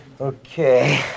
Okay